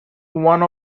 one